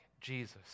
Jesus